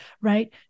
right